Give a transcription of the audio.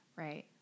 Right